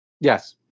Yes